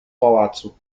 pałacu